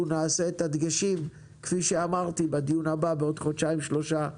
נעשה את הדגשים בדיון הבא בעוד חודשיים-שלושה.